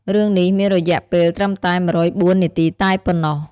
រឿងនេះមានរយៈពេលត្រឹមតែ ១០៤ នាទីតែប៉ុណ្ណោះ។